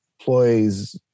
employees